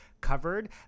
covered